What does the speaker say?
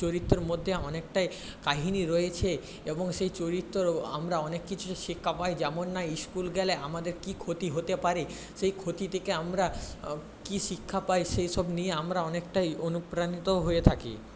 চরিত্রর মধ্যে অনেকটাই কাহিনী রয়েছে এবং সেই চরিত্রর আমরা অনেক কিছু শিক্ষা পাই যেমন না ইস্কুল গেলে আমাদের কী ক্ষতি হতে পারে সেই ক্ষতি থেকে আমরা কী শিক্ষা পাই সেই সব নিয়ে আমরা অনেকটাই অনুপ্রাণিতও হয়ে থাকি